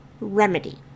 remedy